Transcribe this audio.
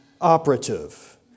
operative